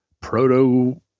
proto